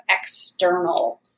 external